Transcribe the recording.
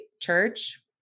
church